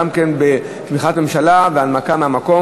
גם כן בתמיכת ממשלה והנמקה מהמקום.